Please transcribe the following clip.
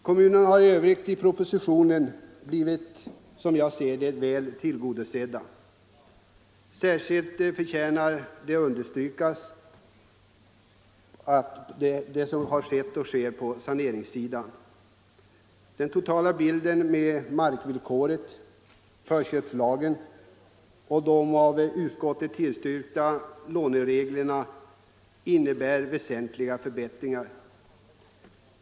Kommunerna har i övrigt, som jag ser det, blivit väl tillgodosedda i propositionen. Särskilt förtjänar det att understrykas vad som har skett och sker på saneringssidan. Den totala bilden med markvillkoret, förköpslagen och de av utskottet tillstyrkta lånereglerna innebär väsentliga förbättringar.